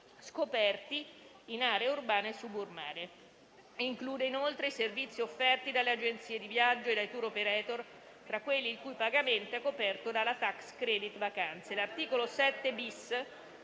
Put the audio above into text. scoperti in aree urbane o suburbane. Include inoltre i servizi offerti dalle agenzie di viaggio e dai *tour operator*, tra quelli il cui pagamento è coperto dalla *tax credit* vacanze. L'articolo 7-*bis*